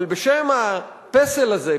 אבל בשם הפסל הזה,